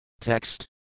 Text